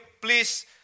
please